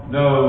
no